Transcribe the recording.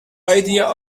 idea